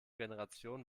generation